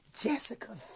Jessica